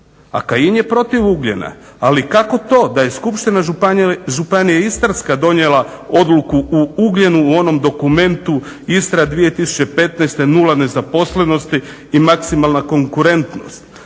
A Kajin je protiv ugljena. Ali kako to da je Skupština Županija Istarska donijela odluku o ugljenu u onom dokumentu Istra 2015. nula nezaposlenosti i maksimalna konkurentnost,